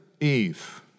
Eve